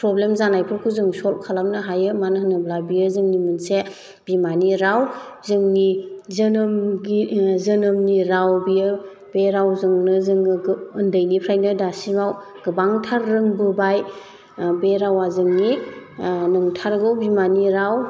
problem जानायफोरखौ जों solve खालामनो हायो मानो होनोब्ला बेयो जोंनि मोनसे बिमानि राव जोंनि जोनोमगि जोनोमनि राव बेयो बे रावजोंनो जोङो गो उन्दैनिफ्रायनो दासिमाव गोबांथार रोंबोबाय बे रावा जोंनि नंथारगौ बिमानि राव